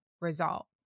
result